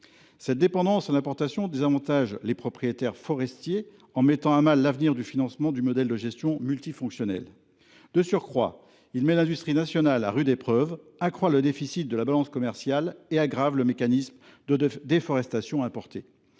Cette dépendance à l’importation désavantage les propriétaires forestiers, en mettant à mal l’avenir du financement du modèle de gestion multifonctionnelle. De surcroît, elle met l’industrie nationale à rude épreuve, accroît le déficit de la balance commerciale et aggrave le mécanisme de déforestation importée.